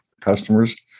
customers